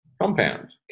compound